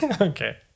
Okay